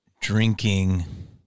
drinking